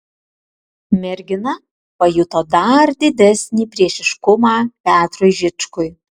mergina pajuto dar didesnį priešiškumą petrui žičkui